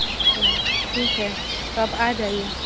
अच्छा ठीक है तो आप आ जाइए